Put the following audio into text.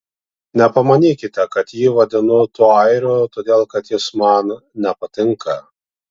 nepamanykite kad jį vadinu tuo airiu todėl kad jis man nepatinka